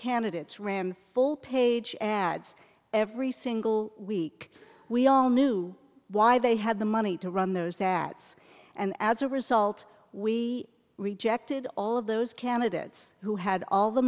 candidates rammed full page ads every single week we all knew why they had the money to run those stats and as a result we rejected all of those candidates who had all the